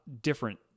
different